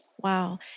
Wow